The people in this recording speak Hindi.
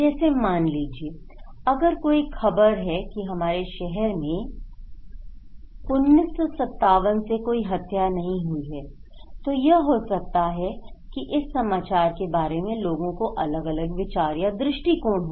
जैसे मान लीजिए अगर कोई खबर है कि हमारे शहर में 1957 से कोई हत्या नहीं हुई है तो यह हो सकता है कि इस समाचार के बारे में लोगों के अलग अलग विचार या दृष्टिकोण हो